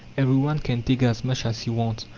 every one can take as much as he wants,